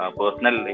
personal